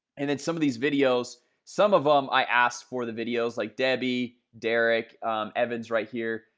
and then some of these videos some of them i asked for the videos like debbie derek evans right here,